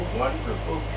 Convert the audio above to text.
wonderful